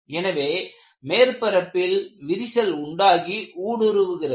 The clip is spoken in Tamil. எனவே மேற்பரப்பில் விரிசல் உண்டாகி ஊடுருவுகிறது